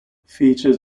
features